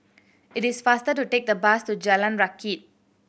it is faster to take the bus to Jalan Rakit